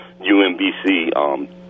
UMBC